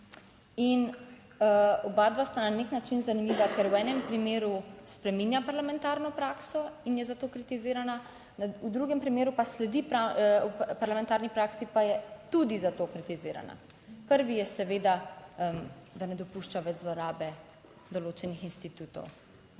oba dva sta na nek način zanimiva, ker v enem primeru spreminja parlamentarno prakso in je za to kritizirana, v drugem primeru pa sledi parlamentarni praksi, pa je tudi za to kritizirana. Prvi je seveda, da ne dopušča več zlorabe določenih institutov,